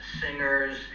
singers